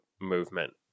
movement